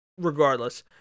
Regardless